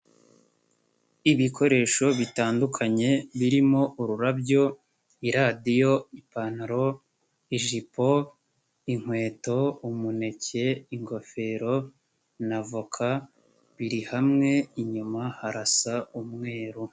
Ibikoresho bitandukanye birimo ururabyo, radiyo, ipantaro, ijipo, inkweto, umuneke, ingofero na voka, biri hamwe, inyuma harasa umweru.